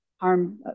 harm